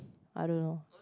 I don't know